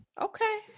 Okay